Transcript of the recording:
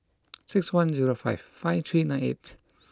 six one zero five five three nine eight